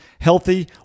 healthy